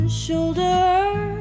shoulder